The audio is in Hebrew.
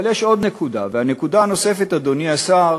אבל יש עוד נקודה, והנקודה הנוספת, אדוני השר,